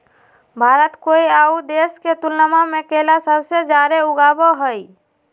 भारत कोय आउ देश के तुलनबा में केला सबसे जाड़े उगाबो हइ